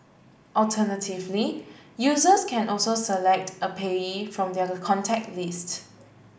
alternatively users can also select a payee from their contact list